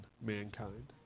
mankind